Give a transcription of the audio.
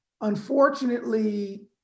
Unfortunately